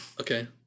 Okay